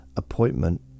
appointment